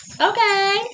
Okay